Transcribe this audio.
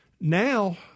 Now